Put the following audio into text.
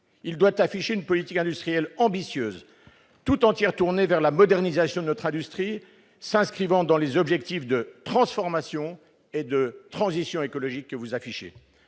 Il doit afficher une politique industrielle ambitieuse, toute entière tournée vers la modernisation de notre industrie, s'inscrivant dans les objectifs de transformation et de transition écologique que vous affichez.